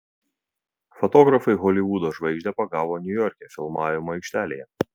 fotografai holivudo žvaigždę pagavo niujorke filmavimo aikštelėje